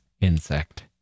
insect